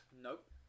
Nope